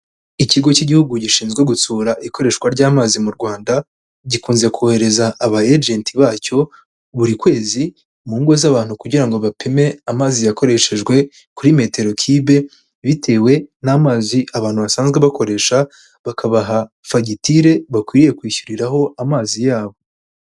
Ikigo cy'Igihugu gishinzwe gutsura ikoreshwa ry'amazi mu Rwanda, gikunze kohereza aba egenti bacyo buri kwezi, mu ngo z'abantu kugira ngo bapime amazi yakoreshejwe kuri metero kibe bitewe n'amazi abantu basanzwe bakoresha, bakabaha fagitire bakwiriye kwishyuriraho amazi yabo.